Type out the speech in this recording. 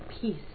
peace